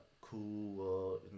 cool